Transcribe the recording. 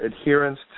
adherence